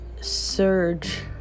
surge